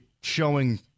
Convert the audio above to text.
showing